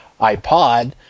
iPod